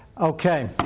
Okay